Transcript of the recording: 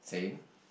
same